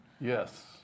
Yes